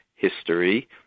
History